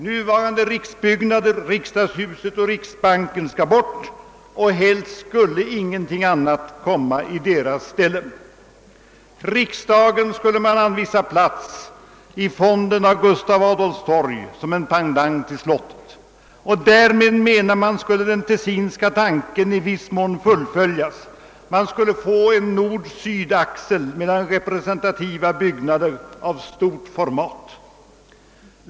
Nuvarande riksbyggnader — riksdagshuset och riksbanken — skall enligt dessa yrkanden bort och helst skulle ingenting annat komma i deras ställe. Riksdagen skulle anvisas plats i fonden av Gustav Adolfs torg som en pendang till slottet. Därmed, menar man, skulle den Tessinska tanken i viss mån fullföljas. Det skulle bli en nord-syd-axel mellan representativa byggnader av stort format.